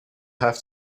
have